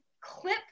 CLIP